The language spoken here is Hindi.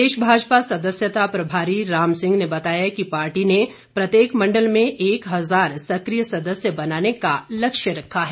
प्रदेश भाजपा सदस्यता प्रभारी रामसिंह ने बताया कि पार्टी ने प्रत्येक मंडल में एक हजार सक्रिय सदस्य बनाने का लक्ष्य रखा है